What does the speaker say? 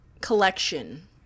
collection